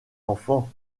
enfant